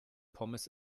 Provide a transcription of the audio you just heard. pommes